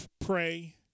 pray